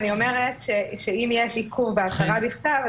אני אומרת שאם יש עיכוב בהצהרה בכתב,